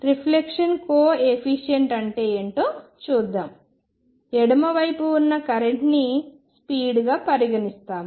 reflection coefficient అంటే ఏమిటో చూద్దాం ఎడమ వైపు ఉన్న కరెంట్ని స్పీడ్ గా పరిగణిస్తాము